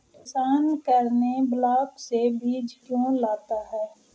किसान करने ब्लाक से बीज क्यों लाता है?